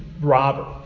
robber